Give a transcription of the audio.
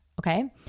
okay